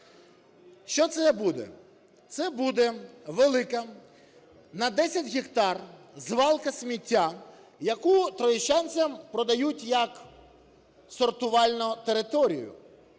Що це буде? Це буде велика на 10 гектар звалка сміття, яку троєщинцям продають як сортувальну територію.